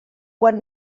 quan